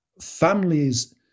families